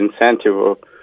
incentive